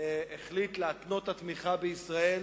החליט להתנות את התמיכה בישראל